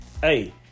hey